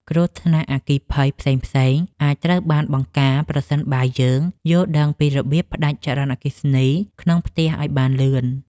គ្រោះថ្នាក់អគ្គិភ័យផ្សេងៗអាចត្រូវបានបង្ការប្រសិនបើយើងយល់ដឹងពីរបៀបផ្តាច់ចរន្តអគ្គិសនីក្នុងផ្ទះឱ្យបានលឿន។